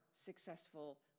successful